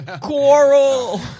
Quarrel